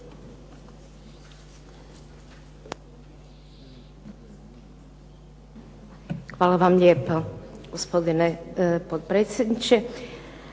Hvala vam lijepa gospodine potpredsjedniče.